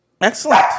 Excellent